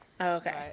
okay